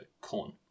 corn